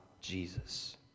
Jesus